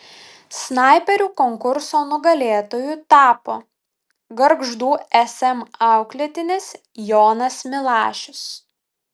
snaiperių konkurso nugalėtoju tapo gargždų sm auklėtinis jonas milašius